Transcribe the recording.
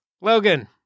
Logan